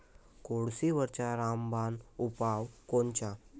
कोळशीवरचा रामबान उपाव कोनचा?